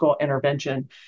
intervention